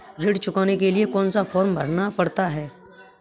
ऋण चुकाने के लिए कौन सा फॉर्म भरना पड़ता है?